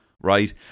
right